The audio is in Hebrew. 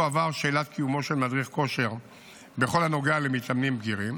תועבר שאלת קיומו של מדריך כושר בכל הנוגע למתאמנים בגירים